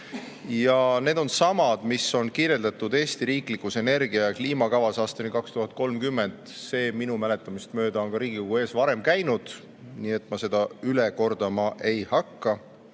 Ja need on samad, mis on kirjeldatud Eesti riiklikus energia‑ ja kliimakavas aastani 2030. See minu mäletamist mööda on Riigikogu ees varem käinud. Ma seda üle kordama ei